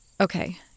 Okay